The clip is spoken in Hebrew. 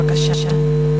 בבקשה.